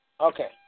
Okay